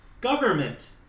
government